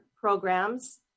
programs